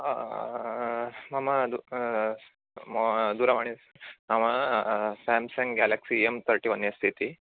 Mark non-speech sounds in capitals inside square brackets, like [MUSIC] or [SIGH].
मम तु [UNINTELLIGIBLE] दूरवाणी मम Samsung Galaxy M thirty one S इति